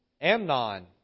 Amnon